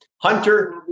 Hunter